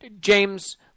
James